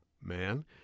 man